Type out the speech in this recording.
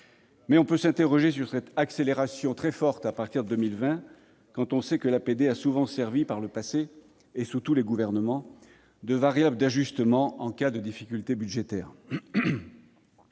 mais on peut s'interroger sur cette accélération très forte à partir de 2020 quand on sait que l'APD a souvent servi, par le passé, et sous tous les gouvernements, de variable d'ajustement en cas de difficultés budgétaires.